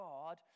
God